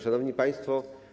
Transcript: Szanowni Państwo!